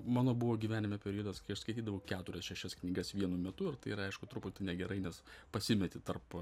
mano buvo gyvenime periodas kai aš skaitydavau keturias šešias knygas vienu metu yra aišku truputį negerai nes pasimeti tarp